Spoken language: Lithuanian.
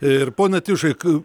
ir pone tiušai